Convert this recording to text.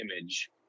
image